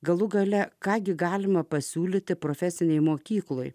galų gale ką gi galima pasiūlyti profesinėje mokykloje